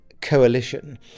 coalition